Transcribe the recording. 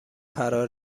فرا